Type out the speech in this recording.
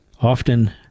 often